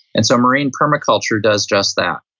and so marine permaculture does just that,